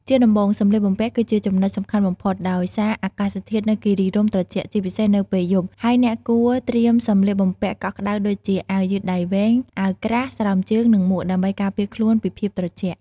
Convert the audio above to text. ជាដំបូង សម្លៀកបំពាក់ គឺជាចំណុចសំខាន់បំផុត ដោយសារអាកាសធាតុនៅគិរីរម្យត្រជាក់ ជាពិសេសនៅពេលយប់ ហើយអ្នកគួរត្រៀមសម្លៀកបំពាក់កក់ក្តៅដូចជា អាវយឺតដៃវែង អាវក្រាស់ ស្រោមជើង និងមួក ដើម្បីការពារខ្លួនពីភាពត្រជាក់។